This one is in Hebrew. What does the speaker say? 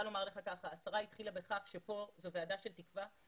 השרה התחילה בכך שפה זו ועדה של תקווה.